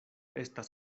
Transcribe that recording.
estas